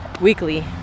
weekly